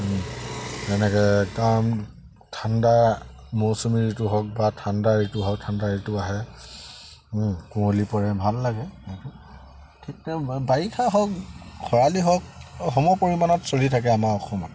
তেনেকৈ কাৰণ ঠাণ্ডা মৌচুমী ঋতু হওক বা ঠাণ্ডা ঋতু হওক ঠাণ্ডা ঋতু আহে কুঁৱলী পৰে ভাল লাগে সেইটো ঠিক তেনে বাৰিষা হওক খৰালি হওক সমপৰিমাণত চলি থাকে আমাৰ অসমত